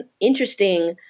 interesting